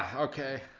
okay.